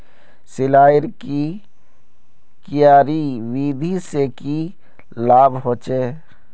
सिंचाईर की क्यारी विधि से की लाभ होचे?